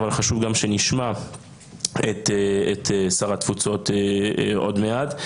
אבל חשוב גם שנשמע את שר התפוצות עוד מעט.